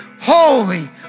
holy